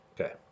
Okay